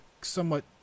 somewhat